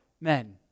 men